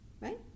Right